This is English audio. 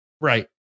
right